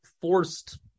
forced